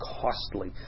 costly